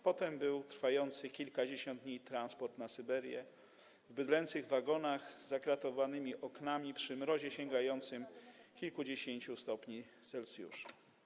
Potem był trwający kilkadziesiąt dni transport na Syberię w bydlęcych wagonach z zakratowanymi oknami, przy mrozie sięgającym kilkudziesięciu stopni Celsjusza.